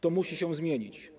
To musi się zmienić.